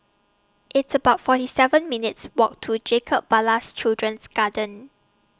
It's about forty seven minutes' Walk to Jacob Ballas Children's Garden